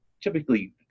typically